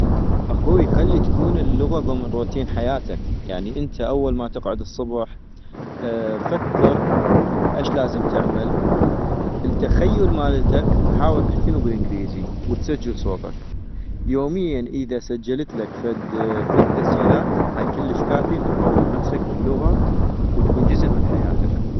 اخوي خلي تكون اللغة ضمن روتين حياتك - يعني انت أول ما تقعد الصبح فكر اش لازم تعمل ،التخيل مالتك حاول تحكينو بالانكليزي وتسجل صوتك ، يومياً اذا سجلتلك فد تلث تسجيلات هاي كلش كافي انو اطور نفسك باللغة وتكون جزء من حياتك